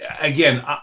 again